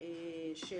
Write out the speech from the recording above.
של